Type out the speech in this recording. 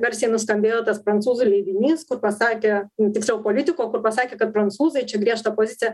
garsiai nuskambėjo tas prancūzų leidinys kur pasakė tiksliau politiko kur pasakė kad prancūzai čia griežtą poziciją